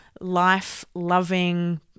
life-loving